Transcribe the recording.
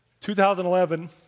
2011